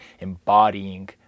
embodying